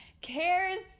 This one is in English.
cares